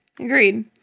Agreed